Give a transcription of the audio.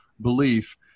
belief